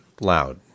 loud